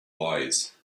wise